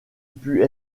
put